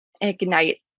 ignite